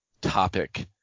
topic